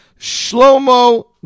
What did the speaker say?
Shlomo